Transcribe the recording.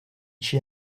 she